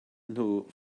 nhw